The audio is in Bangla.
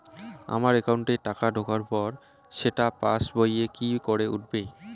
আমার একাউন্টে টাকা ঢোকার পর সেটা পাসবইয়ে কি করে উঠবে?